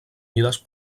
mides